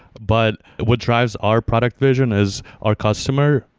but what drives our product vision is our customer.